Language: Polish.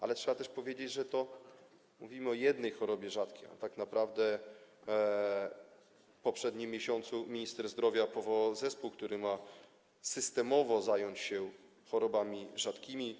Ale trzeba też powiedzieć, że tu mówimy o jednej chorobie rzadkiej, a tak naprawdę w poprzednim miesiącu minister zdrowia powołał zespół, który ma systemowo zająć się chorobami rzadkimi.